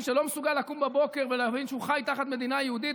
מי שלא מסוגל לקום בבוקר ולהבין שהוא חי תחת מדינה יהודית,